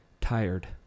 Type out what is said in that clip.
tired